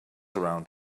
around